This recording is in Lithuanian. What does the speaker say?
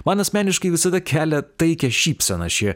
man asmeniškai visada kelia taikią šypseną ši